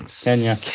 Kenya